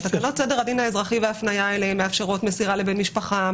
שאלות סדר הדין האזרחי וההפניה אליהן מאפשרות מסירה לבן משפחה,